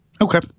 Okay